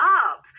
up